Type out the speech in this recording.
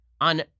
on